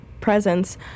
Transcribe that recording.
presence –